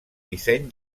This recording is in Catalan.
disseny